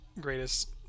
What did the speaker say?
greatest